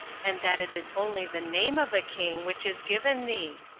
and that it is only the name of a king which is given thee?